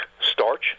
starch